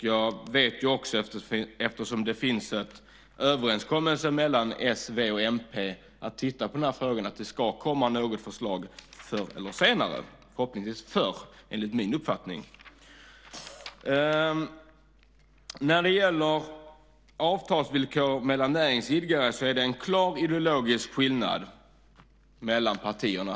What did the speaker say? Jag vet också, eftersom det finns en överenskommelse mellan s, v och mp att titta på de här frågorna, att det ska komma något förslag förr eller senare, förhoppningsvis förr enligt min uppfattning. När det gäller avtalsvillkor mellan näringsidkare är det en klar ideologisk skillnad mellan partierna.